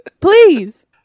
please